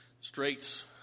straits